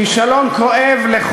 בזה